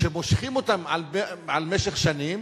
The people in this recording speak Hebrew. מושכים אותם במשך שנים,